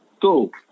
cool